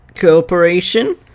Corporation